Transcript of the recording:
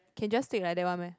can just take like that one meh